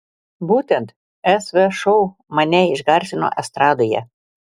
būtent sv šou mane išgarsino estradoje